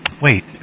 Wait